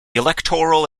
electoral